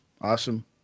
Awesome